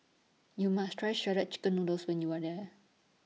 YOU must Try Shredded Chicken Noodles when YOU Are There